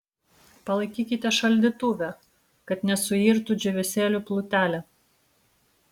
palaikykite šaldytuve kad nesuirtų džiūvėsėlių plutelė